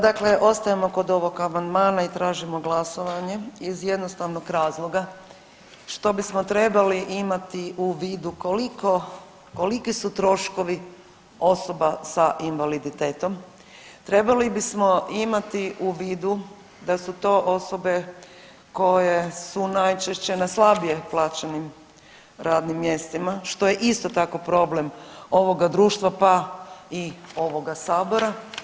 Dakle ostajemo kod ovog amandmana i tražimo glasovanje iz jednostavnog razloga što bismo trebali imati u vidu koliki su troškovi osoba s invaliditetom, trebali bismo imati u vidu da su to osobe koje su najčešće na slabije plaćenim radnim mjestima što je isto tako problem ovoga društva pa i ovoga sabora.